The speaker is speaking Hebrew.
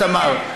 תמר?